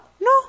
No